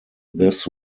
this